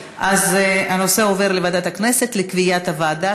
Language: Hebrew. הנושא עובר לוועדת הכנסת לקביעת הוועדה